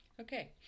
Okay